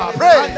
pray